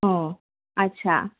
অঁ আচ্ছা